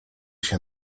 się